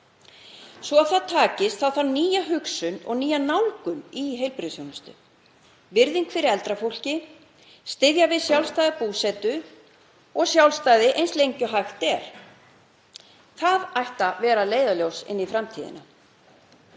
Svo það takist þarf nýja hugsun og nýja nálgun í heilbrigðisþjónustu, virðingu fyrir eldra fólki og að styðja við sjálfstæða búsetu og sjálfstæði eins lengi hægt er. Þetta ætti að vera leiðarljós inn í framtíðina.